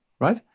right